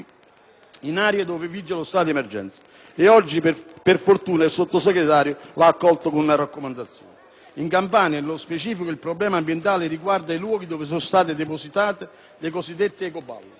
in aree dove vige lo stato di emergenza, ed oggi, per fortuna, il Sottosegretario ha accolto una raccomandazione in tal senso. In Campania, nello specifico, il problema ambientale riguarda i luoghi dove sono state depositate le cosiddette ecoballe.